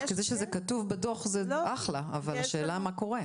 כי זה שזה כתוב בדוח זה אחלה, אבל השאלה מה קורה.